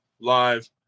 live